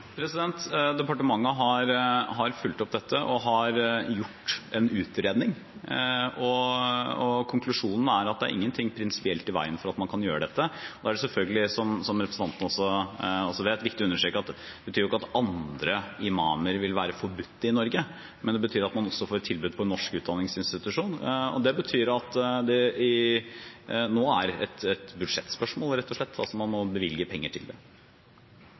Departementet har fulgt opp dette og har gjort en utredning, og konklusjonen er at det er ingenting prinsipielt i veien for at man kan gjøre dette. Nå er det selvfølgelig, som representanten også vet, viktig å understreke at det betyr ikke at andre imamer vil være forbudt i Norge, men det betyr at man også får et tilbud på en norsk utdanningsinstitusjon. Det betyr at det nå er et budsjettspørsmål rett og slett, altså at man må bevilge penger til det.